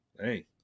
Hey